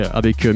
avec